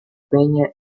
peña